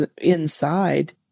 inside